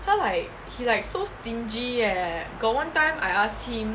他 like he like so stingy eh got one time I asked him